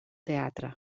teatre